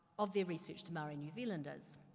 of the research to maori new zealander's.